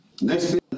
Next